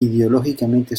ideológicamente